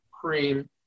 cream